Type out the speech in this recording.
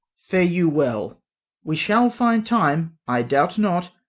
fare you well we shall find time, i doubt not,